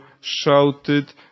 shouted